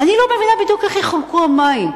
אני לא מבינה בדיוק איך יחולקו המים.